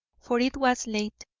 for it was late,